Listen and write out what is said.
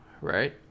Right